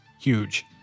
huge